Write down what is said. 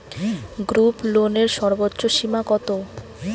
গ্রুপলোনের সর্বোচ্চ সীমা কত?